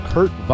Kurt